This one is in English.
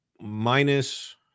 minus